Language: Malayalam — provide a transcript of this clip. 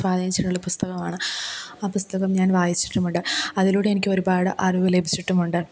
സ്വാധീനിച്ചിട്ടുള്ള പുസ്തകമാണ് ആ പുസ്തകം ഞാൻ വായിച്ചിട്ടുമുണ്ട് അതിലൂടെയെനിക്ക് ഒരുപാട് അറിവ് ലഭിച്ചിട്ടുമുണ്ട്